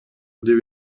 деп